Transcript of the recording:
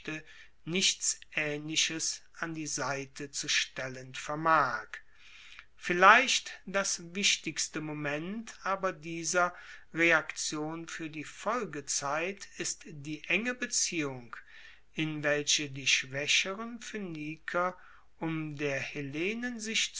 nichts aehnliches an die seite zu stellen vermag vielleicht das wichtigste moment aber dieser reaktion fuer die folgezeit ist die enge beziehung in welche die schwaecheren phoeniker um der hellenen